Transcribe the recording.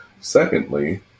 Secondly